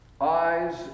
Eyes